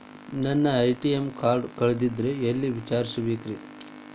ನನ್ನ ATM card ಕಳದದ್ರಿ ಎಲ್ಲಿ ವಿಚಾರಿಸ್ಬೇಕ್ರಿ?